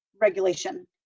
regulation